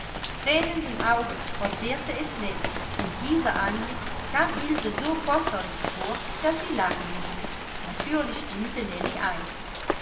thränenden auges verzehrte es nellie und dieser anblick kam ilse so possierlich vor daß sie lachen mußte natürlich stimmte nellie ein